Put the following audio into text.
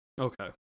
Okay